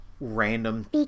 random